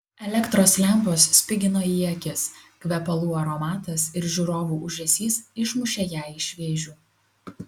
elektros lempos spigino į akis kvepalų aromatas ir žiūrovų ūžesys išmušė ją iš vėžių